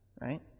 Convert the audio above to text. right